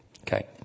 Okay